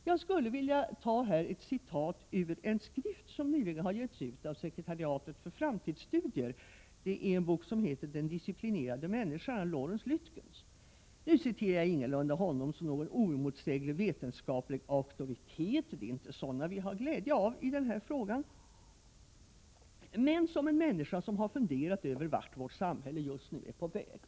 Jag skulle vilja citera ur en skrift som nyligen givits ut av Sekretariatet för framtidsstudier. Det är en bok som heter Den disciplinerade människan, och den är skriven av Lorentz Lyttkens. Jag citerar honom inte som en oemotsäglig vetenskaplig auktoritet, för det är inte sådana vi har glädje av i den här frågan, utan som en människa som har funderat över vart vårt samhälle just nu är på väg.